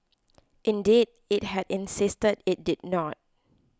indeed it had insisted it did not